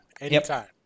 anytime